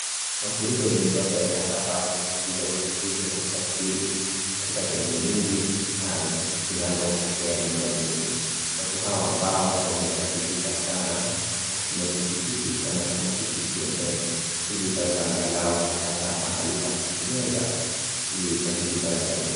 Mafuriko ni moja wapo ya janga ambalo hutatiza uchukuzi na usafiri katika sehemu nyingi zinazo pokea mvua nyingi, watu hawa ambao wametatizika sana kwa kutumia pikipiki wanasukuma pikipiki yenyewe ili ikaweza angalau kupata mahali pa kupenyeza ili usafiri ukaweza kuendelea.